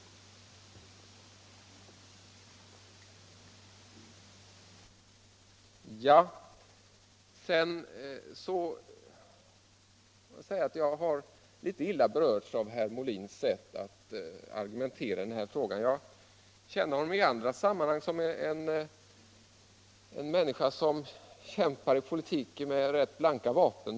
Jag har litet illa berörts av herr Molins sätt att argumentera i denna fråga. Jag känner honom från andra sammanhang som en människa som kämpar i politiken med rätt blanka vapen.